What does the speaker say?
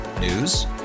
News